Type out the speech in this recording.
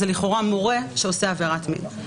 זה לכאורה מורה שעושה עבירת מין.